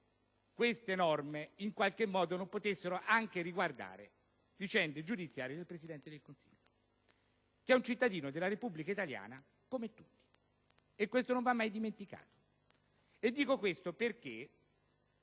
queste norme non potessero anche riguardare vicende giudiziarie del Presidente del Consiglio, che è un cittadino della Repubblica italiana come tutti, cosa che non va mai dimenticata. Dico questo perché